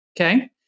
Okay